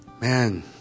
man